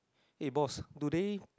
eh boss do they